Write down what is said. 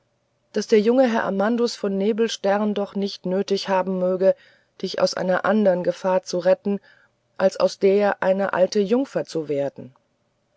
daß der junge herr amandus von nebelstern doch nicht nötig haben möge dich aus einer andern gefahr zu retten als aus der eine alte jungfer zu werden